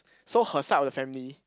so her side of the family